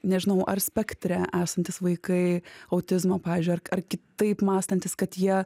nežinau ar spektre esantys vaikai autizmo pavyzdžiui ar ar kitaip mąstantys kad jie